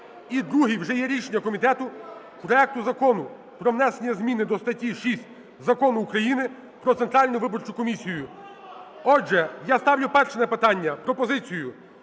І друге. Вже є рішення комітету по проекту Закону про внесення зміни до стаття 6 Закону України "Про Центральну виборчу комісію". Отже, я ставлю перше питання: пропозицію,